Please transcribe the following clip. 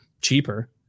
cheaper